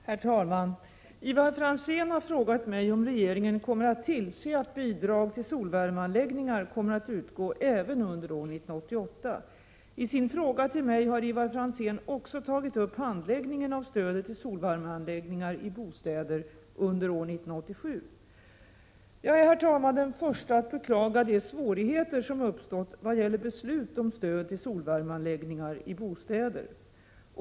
Herr talman! Ivar Franzén har frågat mig om regeringen kommer att tillse att bidrag till solvärmeanläggningar kommer att utgå även under år 1988. I sin fråga till mig har Ivar Franzén också tagit upp handläggningen av stödet till solvärmeanläggningar i bostäder under år 1987. Jag är den första att beklaga de svårigheter som uppstått vad gäller beslut om stöd till solvärmeanläggningar i bostäder.